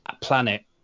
planet